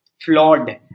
flawed